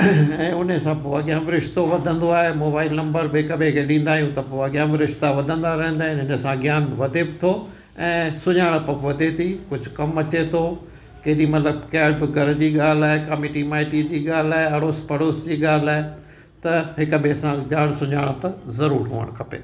ऐं हुन सां पोइ अॻियां बि रिश्तो वधंदो आहे मोबाइल नम्बर बि हिकु ॿिएं खे ॾींदा आहियूं त पोइ अॻियां बि रिश्ता वधंदा रहंदा आहिनि हिन सां अॻियां वधे बि थो ऐं सुञाणप बि वधे थी कुझु कमु अचे थो केॾी महिल कंहिं बि घर जी ॻाल्हि आहे का मिटी माइटीअ जी ॻाल्हि आहे अड़ोस पड़ोस जी ॻाल्हि आहे त हिकु ॿिएं सां ॼाण सुञाणप ज़रूरु हुअणु खपे